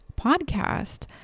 podcast